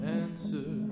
answer